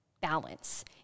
balance